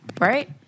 right